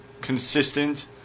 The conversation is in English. consistent